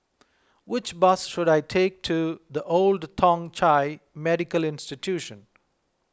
which bus should I take to the Old Thong Chai Medical Institution